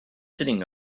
sitting